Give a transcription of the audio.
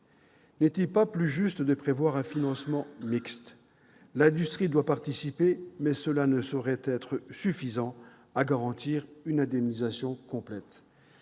N'est-il pas plus juste de prévoir un financement mixte ? L'industrie doit participer, mais cela ne saurait être suffisant pour garantir une indemnisation complète.